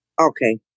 Okay